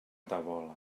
tabola